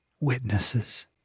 witnesses